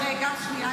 רגע, שנייה.